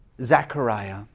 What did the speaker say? Zechariah